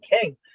King